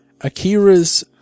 Akira's